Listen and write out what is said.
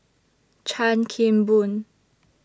Chan Kim Boon